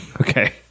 Okay